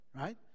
Right